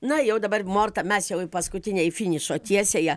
na jau dabar morta mes jau į paskutinę į finišo tiesiąją